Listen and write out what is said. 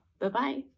Bye-bye